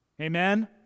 Amen